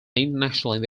internationally